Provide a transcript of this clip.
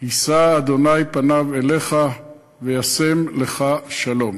ישא ה' פניו אליך וישם לך שלום".